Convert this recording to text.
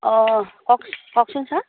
অঁ কওকচোন কওকচোন ছাৰ